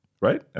right